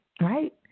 Right